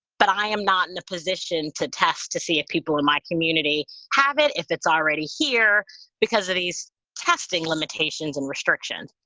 but i am not in a position to test to see if people in my community have it. if it's already here because of these testing limitations and restrictions.